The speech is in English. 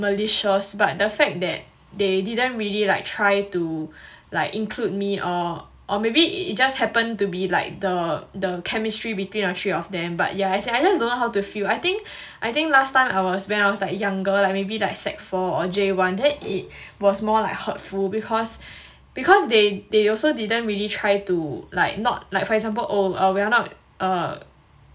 malicious but the fact that they didn't really like try to like include me or or maybe it just happen to be like the the chemistry between the three of them but yeah as in I just don't know how to feel I think I think last time when I was when I was like younger like maybe like sec four or j one then it was more like hurtful because because they also didn't really try to like not like for example oh we're not err